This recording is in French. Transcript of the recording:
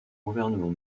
gouvernement